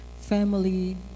family